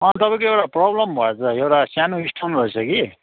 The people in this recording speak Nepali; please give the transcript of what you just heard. तपाईँको एउटा प्रोब्लम भएछ एउटा सानो स्टोन रहेछ कि